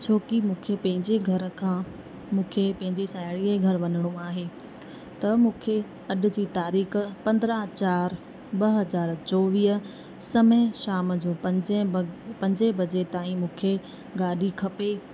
छोकी मूंखे पंहिंजे घर खां मूंखे पंहिंजे साहेड़ीअ जे घर वञिणो आहे त मूंखे अॼ जी तारीख़ पंद्रहं चारि ॿ हजार चोवीह समय शाम जो पंजे व पंजे बजे ताईं मूंखे गाॾी खपे